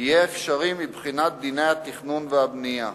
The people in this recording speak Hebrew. יהיה אפשרי מבחינת דיני התכנון והבנייה.